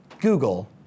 Google